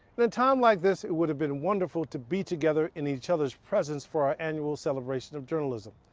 in a time like this, it would have been wonderful to be together in each other's presence for our annual celebration of journalism.